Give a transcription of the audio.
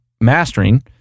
Mastering